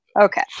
Okay